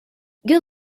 good